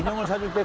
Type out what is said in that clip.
one hundred but